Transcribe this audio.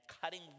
cutting